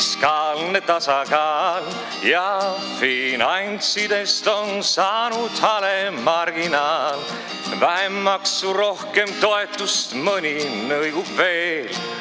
fiskaalne tasakaalja finantsidest on saanud hale marginaal."Vähem maksu, rohkem toetust!" mõni hõigub veel. Kus